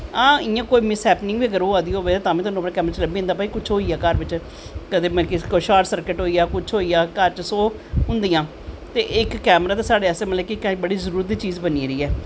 हां इयां अगर कोई मिस हैपनिंग होआ दी होग तां बी तुसेंगी कैमरे च लब्भी जंदा कि हां बाई कुश होईया घर बिच्च जियां शार्ट सर्कट होईया घर च सौ होंदियां ते इक कैमरा साढ़े आस्ते बड़ा जरूरी चीज़ बनी गेदी ऐ